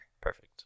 Perfect